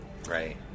Right